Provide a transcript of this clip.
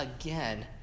again